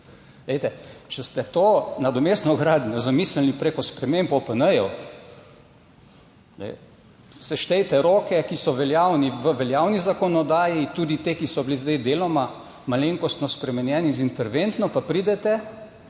če ste to nadomestno gradnjo zamislili, preko sprememb OPN, seštejte roke, ki so veljavni, v veljavni zakonodaji, tudi te, ki so bili zdaj deloma malenkostno spremenjeni z interventno, pa pridete